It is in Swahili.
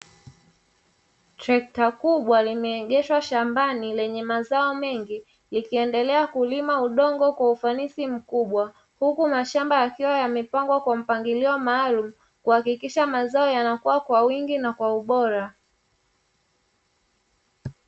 Trekta kubwa limeegeshwa shambani lenye mazao mengi, likiendelea kulima udongo kwa ufanisi mkubwa, huku mashamba yakiwa yamepangwa kwa mpangilio maalumu kuhakikisha mazao yanakua kwa wingi na kwa ubora.